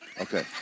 Okay